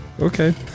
Okay